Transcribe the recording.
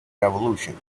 revolution